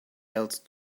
else